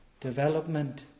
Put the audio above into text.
development